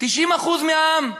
90% מהעם,